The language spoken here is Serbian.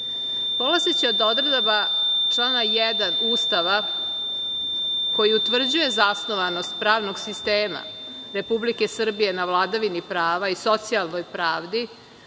od odredaba člana 1. Ustava koji utvrđuje zasnovanost pravnog sistema Republike Srbije na vladavini prava i socijalnoj pravdi,